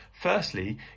Firstly